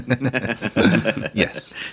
Yes